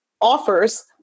offers